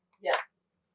Yes